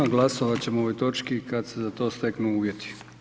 Glasovati ćemo o ovoj točki kada se za to steknu uvjeti.